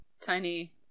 tiny